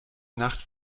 nacht